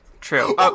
True